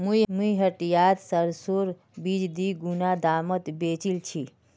मुई हटियात सरसोर बीज दीगुना दामत बेचील छि